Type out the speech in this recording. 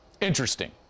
Interesting